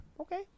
okay